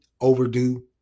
overdue